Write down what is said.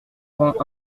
vingt